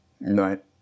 Right